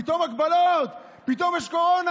פתאום הגבלות, פתאום יש קורונה,